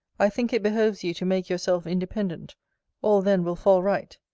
i think it behoves you to make yourself independent all then will fall right.